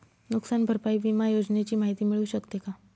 नुकसान भरपाई विमा योजनेची माहिती मिळू शकते का?